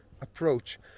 approach